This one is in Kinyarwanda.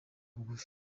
bugufi